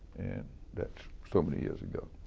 and that's so many years ago.